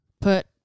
put